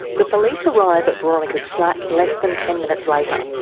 the police arrive at boronika's flat less than ten minutes later.